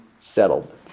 settled